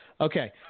okay